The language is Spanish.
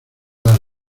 las